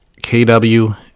kw